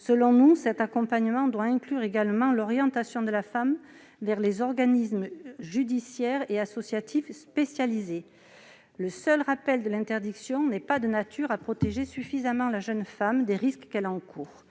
Selon nous, l'accompagnement doit inclure également l'orientation de la femme vers les organismes judiciaires et associatifs spécialisés. Le seul rappel de l'interdiction n'est pas de nature à protéger suffisamment la jeune femme des risques qu'elle encourt.